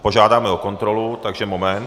Požádáme o kontrolu, takže moment.